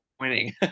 Winning